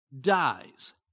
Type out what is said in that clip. dies